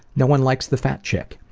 no one likes the fat chick.